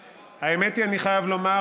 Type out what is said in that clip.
האמת היא שאני חייב לומר,